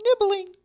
nibbling